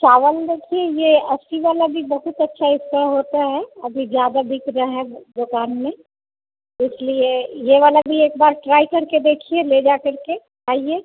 चावल देखिए यह अस्सी वाला भीबहुत अच्छा इसका होता है अभी ज़्यादा बिक रहा है दुकान में इसलिए यह वाला भी एक बार ट्राई करके देखिए ले जाकर के आइए